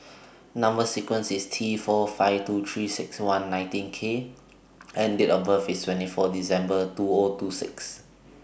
Number sequence IS T four five two three six one nineteen K and Date of birth IS twenty four December two O two six